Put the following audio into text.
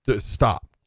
Stop